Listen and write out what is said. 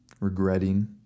Regretting